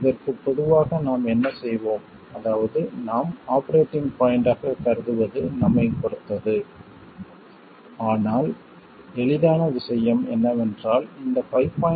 இதற்கு பொதுவாக நாம் என்ன செய்வோம் அதாவது நாம் ஆபரேட்டிங் பாய்ண்ட் ஆகக் கருதுவது நம்மைப் பொறுத்தது ஆனால் எளிதான விஷயம் என்னவென்றால் இந்த 5